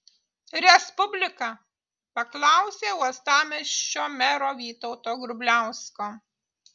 respublika paklausė uostamiesčio mero vytauto grubliausko